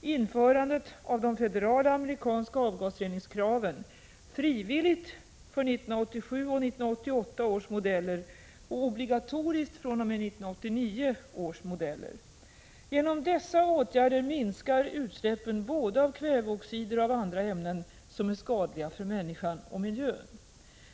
införandet av de federala amerikanska avgasreningskraven frivilligt för 1987 och 1988 års modeller och obligatoriskt fr.o.m. 1989 års modeller. Genom dessa åtgärder minskar utsläppen både av kväveoxider och av andra ämnen som är skadliga för människan och miljön.